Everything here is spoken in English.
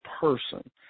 person